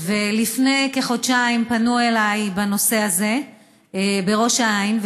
לפני כחודשיים פנו אליי בנושא הזה בראש העין,